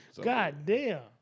Goddamn